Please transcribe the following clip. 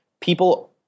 people